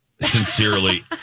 sincerely